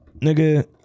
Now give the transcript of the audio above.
nigga